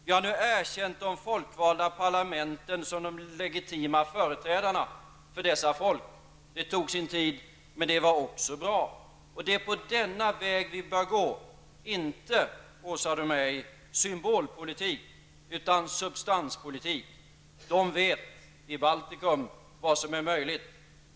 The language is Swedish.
Vi har nu erkänt de folkvalda parlamenten som de legitima företrädarna för dessa folk. Det tog sin tid, men också detta var bra. Det är på denna väg vi bör gå. Vi skall inte, Åsa Domeij, bedriva symbolpolitik utan substanspolitik. Människorna i Baltikum vet vad som är möjligt.